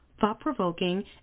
thought-provoking